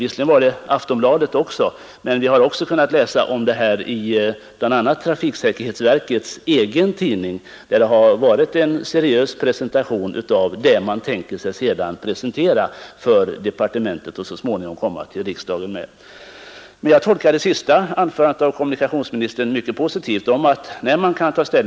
Visserligen kunde vi läsa om dem i Aftonbladet men också i trafiksäkerhetsverkets egen tidning, som har Nr 123 SN IRIS av de förslag som man tänker lägga fram för Tisdagen den '& Rp RE 4 9 november 1971 Jag tolkar emellertid kommunikationsministerns senaste anförande Sr ro try som mycket positivt.